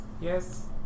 yes